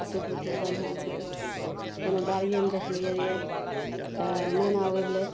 ईसबभी बढ़िआँ छै कोनो बाड़िएमे देखैलए गेलिए तऽ मैना उड़लै